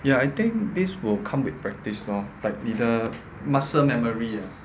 ya I think this will come with practice lor like 你的 muscle memory ah